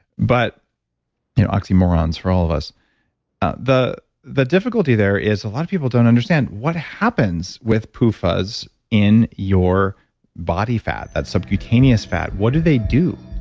but oxymorons for all of us the the difficulty there is a lot of people don't understand what happens with pufas in your body fat, that subcutaneous fat. what do they do?